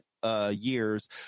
Years